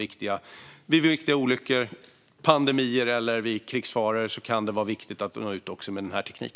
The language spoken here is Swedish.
Vid olyckor, pandemier eller krigsfara kan det vara viktigt att kunna nå ut med denna teknik.